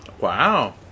wow